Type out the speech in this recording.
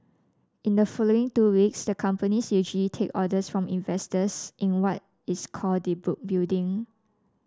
in the following two weeks the company take orders from investors in what is called the book building